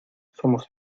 somos